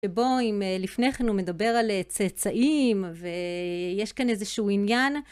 שבו, אם לפני כן הוא מדבר על צאצאים, ויש כאן איזשהו עניין...